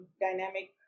dynamic